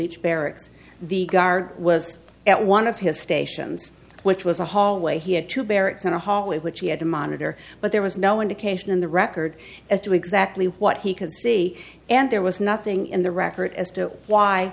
barracks the guard was at one of his stations which was a hallway he had to bear it's in a hallway which he had to monitor but there was no indication in the record as to exactly what he can see and there was nothing in the record as to why